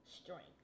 strength